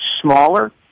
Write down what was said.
smaller